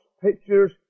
pictures